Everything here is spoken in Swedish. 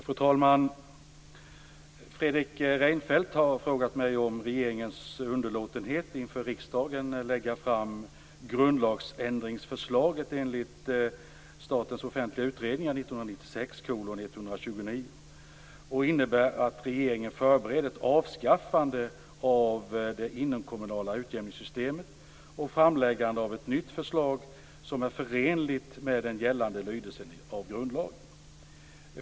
Fru talman! Fredrik Reinfeldt har frågat mig om regeringens underlåtenhet att för riksdagen lägga fram grundlagsändringsförslagen i enlighet med SOU 1996:129 innebär att regeringen förbereder ett avskaffande av det inomkommunala utjämningssystemet och framläggande av ett nytt förslag som är förenligt med den gällande lydelsen av grundlagen.